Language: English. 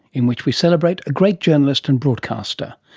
in which we celebrate a great journalist and broadcaster.